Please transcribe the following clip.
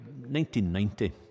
1990